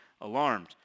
alarmed